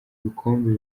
ibikombe